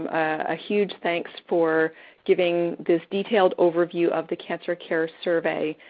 a huge thanks for giving this detailed overview of the cancer care survey.